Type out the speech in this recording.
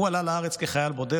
הוא עלה לארץ כחייל בודד,